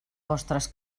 vostres